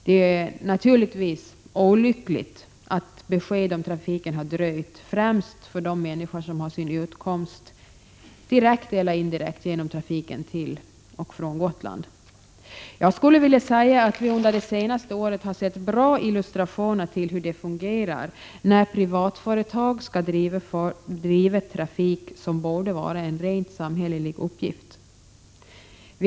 Det är naturligtvis olyckligt att besked om trafiken har dröjt, främst för de människor som har sin utkomst direkt eller indirekt genom trafiken till och från Gotland. Vi har under det senaste året fått goda illustrationer av hur det fungerar när privatföretag skall bedriva trafikverksamhet som det bör vara en samhällelig uppgift att bedriva.